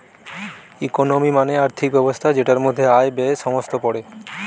economy মানে আর্থিক ব্যবস্থা যেটার মধ্যে আয়, ব্যয়ে সমস্ত পড়ে